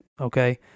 okay